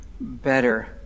better